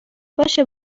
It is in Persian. باشه